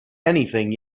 anything